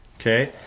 okay